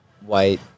white